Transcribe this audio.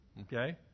Okay